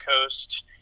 coast